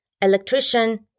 electrician